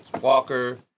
Walker